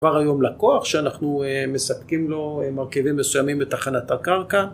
כבר היום לקוח שאנחנו מספקים לו מרכיבים מסוימים בתחנת הקרקע.